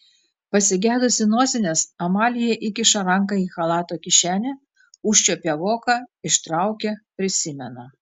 pasigedusi nosinės amalija įkiša ranką į chalato kišenę užčiuopia voką ištraukia prisimena